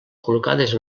col·locades